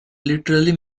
literally